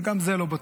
וגם זה לא בטוח.